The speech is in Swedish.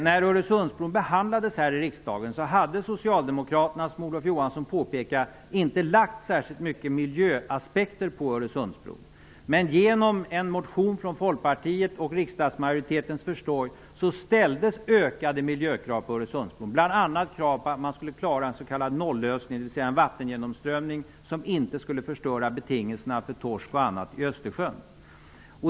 När Öresundsbron behandlades här i riksdagen hade Socialdemokraterna, som Olof Johansson påpekade, inte lagt särskilt många miljöaspekter på Folkpartiet och riksdagsmajoritetens försorg ställdes ökade miljökrav på Öresundsbron. Man ställde bl.a. krav på att man skulle klara av en s.k. nollösning, dvs. en vattengenomströmmning som inte skulle förstöra betingelserna för torsk och annat, i Östersjön.